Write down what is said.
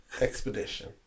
expedition